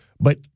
But-